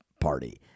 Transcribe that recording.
party